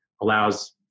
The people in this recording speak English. allows